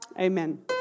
Amen